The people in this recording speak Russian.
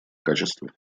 качестве